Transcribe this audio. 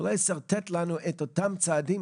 אולי תשרטטי לנו את אותם צעדים.